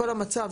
כל המצב,